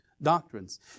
Doctrines